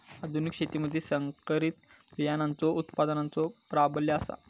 आधुनिक शेतीमधि संकरित बियाणांचो उत्पादनाचो प्राबल्य आसा